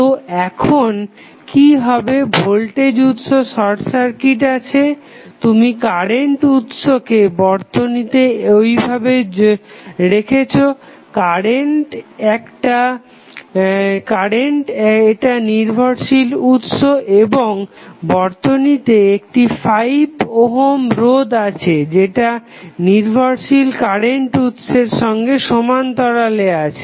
তো এখন কি হবে ভোল্টেজ উৎস শর্ট সার্কিট আছে তুমি কারেন্ট উৎসকে বর্তনীতে ঐভাবেই রেখেছো কারেন্ট এটা নির্ভরশীল কারেন্ট উৎস এবং বর্তনীতে একটি 5 ওহম রোধ আছে যেটা নির্ভরশীল কারেন্ট উৎসের সঙ্গে সমান্তরালে আছে